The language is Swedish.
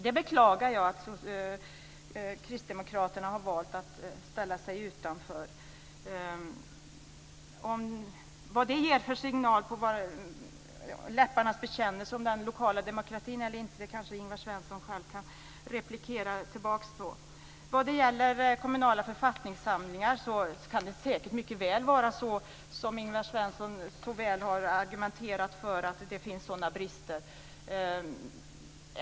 Jag beklagar att kristdemokraterna har valt att ställa sig utanför. Vilka signaler detta ger för den kommunala demokratin - om det är läpparnas bekännelse eller inte - kanske Ingvar Svensson kan replikera på. När det gäller kommunala författningssamlingar kan det mycket väl vara som Ingvar Svensson så väl har argumenterat för, nämligen att där finns brister.